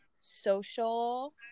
social